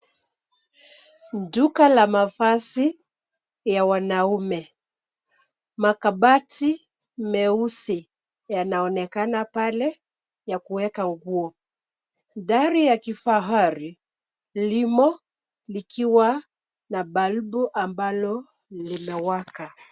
Duka la mavazi ya wanaume. Makabati meusi yanaonekana pale ya kuweka nguo. Dari ya kifahari limo likiwa na balbu ambalo limewaka.